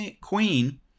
queen